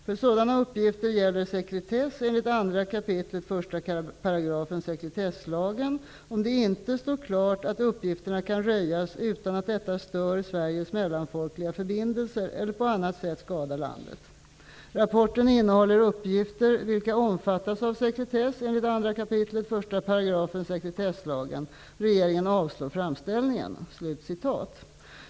För sådana uppgifter gäller sekretess enligt 2 kap. 1 § sekretesslagen om det inte står klart att uppgifterna kan röjas utan att detta stör Sveriges mellanfolkliga förbindelser eller på annat sätt skadar landet. Rapporten innehåller uppgifter vilka omfattas av sekretess enligt 2 kap. 1 § sekretesslagen. Regeringen avslår framställningen.''